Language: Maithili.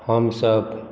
हमसभ